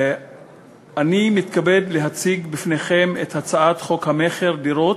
אני מתכבד להציג בפניכם את הצעת חוק המכר (דירות)